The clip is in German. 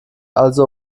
also